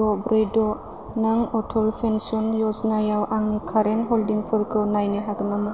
द' ब्रै द' नों अटल पेन्सन यजनायाव आंनि कारेन्ट हल्डिंफोरखौ नायनो हागोन नामा